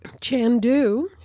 Chandu